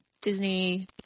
Disney